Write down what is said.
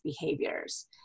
behaviors